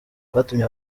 kwatumye